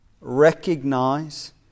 recognize